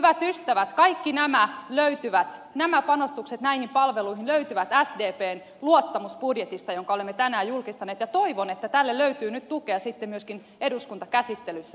hyvät ystävät kaikki nämä panostukset näihin palveluihin löytyvät sdpn luottamusbudjetista jonka olemme tänään julkistaneet ja toivon että tälle löytyy nyt tukea sitten myöskin eduskuntakäsittelyssä syksyn aikana